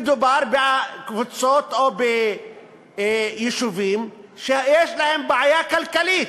מדובר בקבוצות או ביישובים שיש להם בעיה כלכלית.